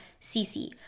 cc